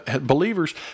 believers